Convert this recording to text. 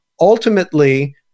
ultimately